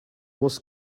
was